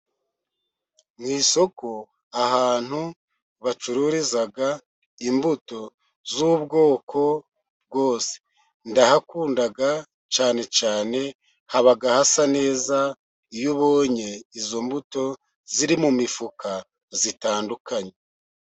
Mu isoko ahantu bacururiza imbuto z'ubwoko bwose, ndahakunda cyane cyane haba hasa neza, iyo ubonye izo mbuto ziri mu mifuka zitandukanye.